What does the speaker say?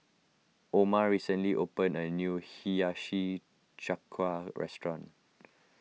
Oma recently opened a new Hiyashi Chuka restaurant